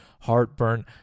heartburn